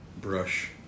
brush